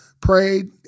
prayed